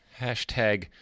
hashtag